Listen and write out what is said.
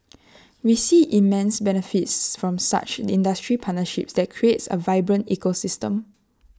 we see immense benefits from such industry partnership that creates A vibrant ecosystem